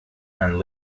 and